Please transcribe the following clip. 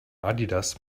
adidas